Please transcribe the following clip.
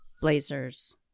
blazers